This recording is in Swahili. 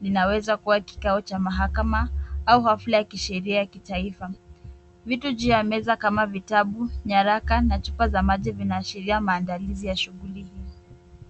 linaweza kuwa kikao cha mahakama au hafla ya kisheria ya kitaifa. Vitu juu ya meza kama vitabu, nyaraka na chupa za maji zinaashiria maandalizi ya shughuli hii.